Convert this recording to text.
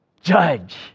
Judge